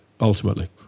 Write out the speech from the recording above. ultimately